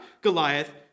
Goliath